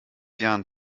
jahren